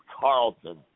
Carlton